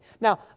Now